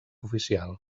oficial